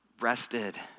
rested